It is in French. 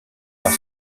par